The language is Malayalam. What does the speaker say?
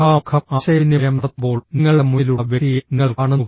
മുഖാമുഖം ആശയവിനിമയം നടത്തുമ്പോൾ നിങ്ങളുടെ മുന്നിലുള്ള വ്യക്തിയെ നിങ്ങൾ കാണുന്നു